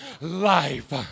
life